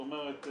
זאת אומרת,